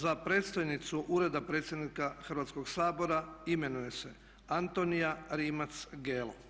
Za predstojnicu Ureda predsjednika Hrvatskog sabora imenuje Antonija Rimac Gelo.